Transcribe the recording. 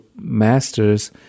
masters